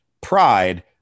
pride